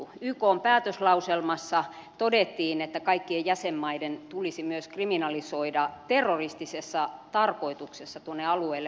ykn päätöslauselmassa todettiin että kaikkien jäsenmaiden tulisi kriminalisoida myös terroristisessa tarkoituksessa tuonne alueelle matkustaminen